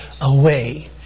away